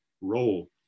role